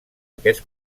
aquests